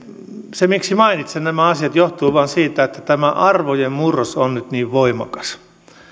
se miksi mainitsen nämä asiat johtuu vain siitä että tämä arvojen murros on nyt niin voimakas